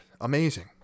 Amazing